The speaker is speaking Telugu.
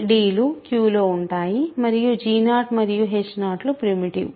c d లు Q లో ఉంటాయి మరియు g0 మరియు h0 లు ప్రిమిటివ్